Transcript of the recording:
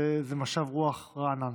וזה משב רוח רענן.